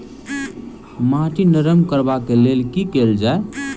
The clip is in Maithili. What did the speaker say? माटि नरम करबाक लेल की केल जाय?